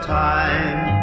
time